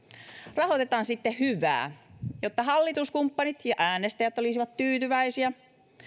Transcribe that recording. rahoitetaan sitten hyvää jotta hallituskumppanit ja äänestäjät olisivat tyytyväisiä